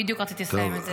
בדיוק רציתי לסיים בזה.